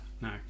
No